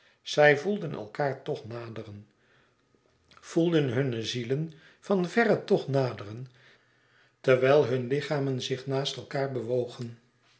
zij voelden elkaâr toch naderen voelden hunne zielen van verre toch naderen terwijl hunne lichamen zich naast elkaâr bewogen